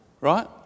right